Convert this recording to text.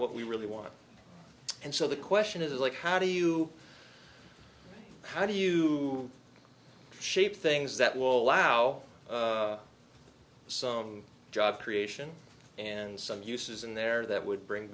what we really want and so the question is like how do you how do you shape things that will allow some job creation and some uses in there that would bring